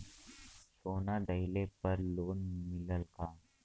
सोना दहिले पर लोन मिलल का?